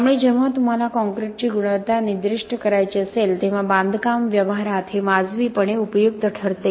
त्यामुळे जेव्हा तुम्हाला काँक्रीटची गुणवत्ता निर्दिष्ट करायची असेल तेव्हा बांधकाम व्यवहारात हे वाजवीपणे उपयुक्त ठरते